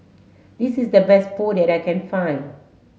this is the best Pho that I can find